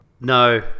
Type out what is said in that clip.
No